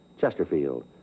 Chesterfield